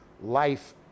life